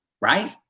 Right